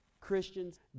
Christians